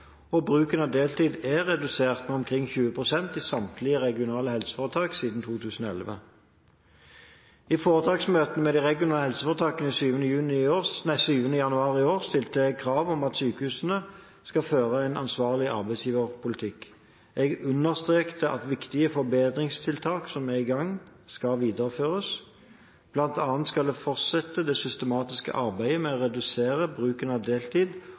Bruken av deltid er redusert med omkring 20 pst. i samtlige regionale helseforetak siden 2011. I foretaksmøtet med de regionale helseforetakene 7. januar i år stilte jeg krav om at sykehusene skal føre en ansvarlig arbeidsgiverpolitikk. Jeg understreket at viktige forbedringstiltak som er i gang, skal videreføres. Blant annet skal de fortsette det systematiske arbeidet med å redusere bruken av deltid